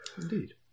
Indeed